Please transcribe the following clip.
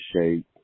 shape